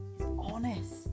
honest